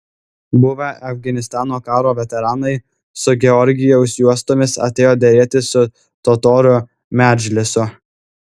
buvę afganistano karo veteranai su georgijaus juostomis atėjo derėtis su totorių medžlisu